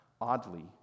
oddly